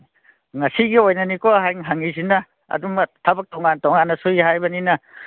ꯉꯁꯤꯒꯤ ꯑꯣꯏꯅꯅꯤꯀꯣ ꯍꯪꯉꯤꯁꯤꯅ ꯑꯗꯣꯝꯅ ꯊꯕꯛ ꯇꯉꯥꯟ ꯇꯣꯉꯥꯟꯅ ꯁꯨꯏ ꯍꯥꯏꯕꯅꯤꯅ